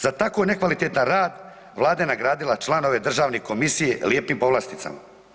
Za tako nekvalitetan rad Vlada je nagradila članove državne komisije lijepim povlasticama.